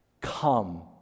Come